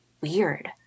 weird